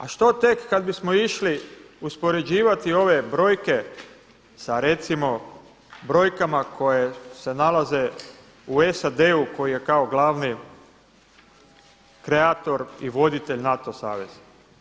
A što tek kad bismo išli uspoređivati ove brojke sa recimo brojkama koje se nalaze u SAD-u koji je kao glavni kreator i voditelj NATO saveza?